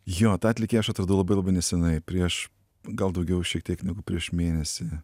jo tą atlikėją aš atradau labai labai neseniai prieš gal daugiau šiek tiek negu prieš mėnesį